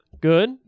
Good